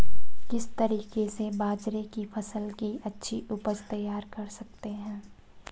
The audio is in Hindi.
किस तरीके से बाजरे की फसल की अच्छी उपज तैयार कर सकते हैं?